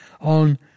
on